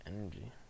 energy